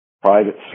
private